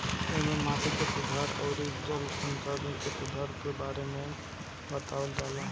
एमे माटी के सुधार अउरी जल संरक्षण के सुधार के बारे में बतावल जाला